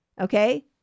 okay